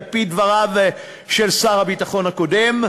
על-פי דבריו של שר הביטחון הקודם,